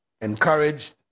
encouraged